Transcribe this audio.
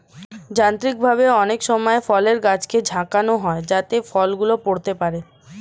যান্ত্রিকভাবে অনেক সময় ফলের গাছকে ঝাঁকানো হয় যাতে ফল গুলো পড়তে পারে